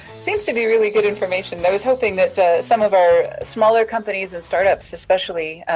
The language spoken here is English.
seems to be really good information. though i was hoping that some of our smaller companies and start-ups especially,